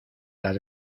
las